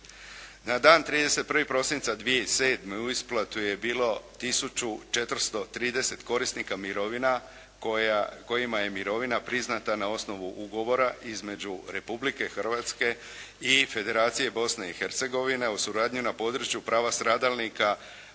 Na dan 31. prosinca 2007. u isplatu je bilo tisuću 430 korisnika mirovina kojima je mirovina priznata na osnovu Ugovora između Republike Hrvatske i Federacije Bosne i Hercegovine o suradnji na području prava stradalnika